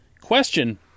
Question